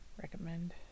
recommend